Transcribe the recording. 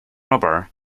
rubber